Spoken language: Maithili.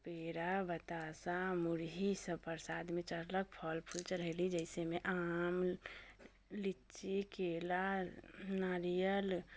पेड़ा बतासा मुरही सभ प्रसादमे चढ़लक फल फूल चढ़ैली जइसेमे आम लीची केला नारियल